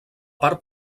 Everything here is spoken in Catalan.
part